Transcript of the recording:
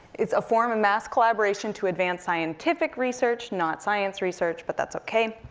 it's a form of mass collaboration to advance scientific research, not science research, but that's okay.